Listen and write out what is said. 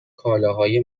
کالاهای